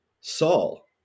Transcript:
Saul